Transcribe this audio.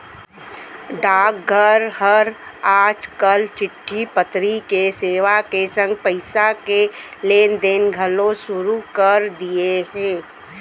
डाकघर हर आज काल चिट्टी पतरी के सेवा के संग पइसा के लेन देन घलौ सुरू कर दिये हे